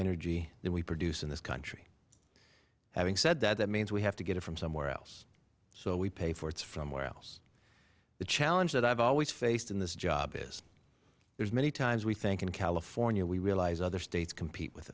energy than we produce in this country having said that that means we have to get it from somewhere else so we pay for it from somewhere else the challenge that i've always faced in this job is too many times we think in california we realize other states compete with